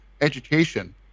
education